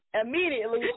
immediately